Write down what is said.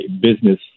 business